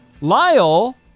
Lyle